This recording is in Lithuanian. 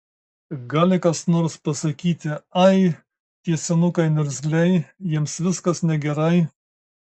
gali kas nors pasakyti ai tie senukai niurzgliai jiems viskas negerai